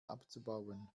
abzubauen